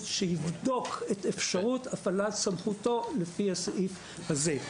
שיבדוק את אפשרות הפעלת סמכותו לפי הסעיף הזה.